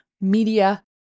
media